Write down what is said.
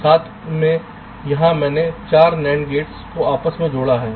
साथ में यहाँ मैंने 4 NAND गेट्स को आपस में जोड़ा है